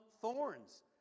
thorns